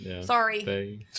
Sorry